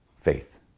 faith